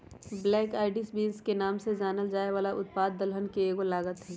black eyed beans के नाम से जानल जाये वाला उत्पाद दलहन के एगो लागत हई